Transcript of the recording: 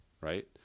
right